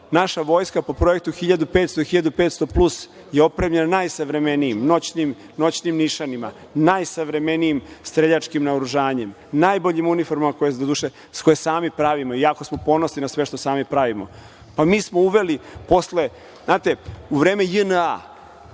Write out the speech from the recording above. Vojska po projektu 1.500 i 1.500 plus je opremljena najsavremenijim noćnim nišanima, najsavremenijim streljačkim naoružanjem, najboljim uniformama koje, doduše, sami pravimo i jako smo ponosni na sve što sami pravimo. Pa, mi smo uveli posle, znate, u vreme JNA